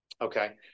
Okay